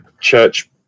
church